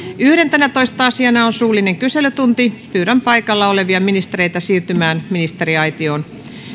yhdentenätoista asiana on suullinen kyselytunti pyydän paikalla olevia ministereitä siirtymään ministeriaitioon